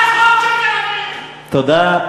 (חבר הכנסת ג'מאל זחאלקה יוצא מאולם המליאה.) תודה.